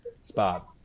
spot